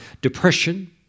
Depression